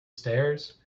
stairs